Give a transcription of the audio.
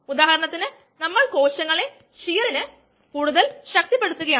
ഇതിന് നമ്മൾ ഇപ്പോൾ നോക്കിയ ആശയങ്ങൾ ആവശ്യമാണ്